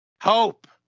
Hope